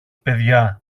παιδιά